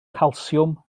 calsiwm